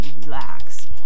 relax